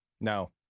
No